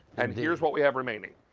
and here's what we have remaining.